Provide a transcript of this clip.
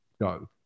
go